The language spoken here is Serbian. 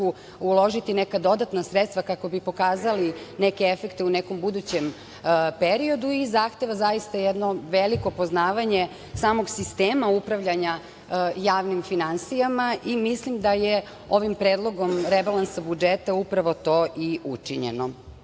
uložiti neka dodatna sredstva kako bi pokazali neke efekte u nekom budućem periodu i zahteva zaista jedno veliko poznavanje samog sistema upravljanja javnim finansijama. Mislim da je ovim Predlogom rebalansa budžeta upravo to i učinjeno.A,